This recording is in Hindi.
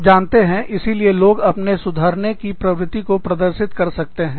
आप जानते हैंइसीलिए लोग अपने सुधारने की प्रवृत्ति को प्रदर्शित कर सकते हैं